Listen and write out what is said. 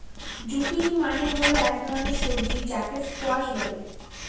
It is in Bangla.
জুকিনি মানে হল এক ধরনের সবজি যাকে স্কোয়াশ বলে